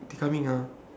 they coming ah